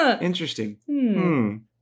Interesting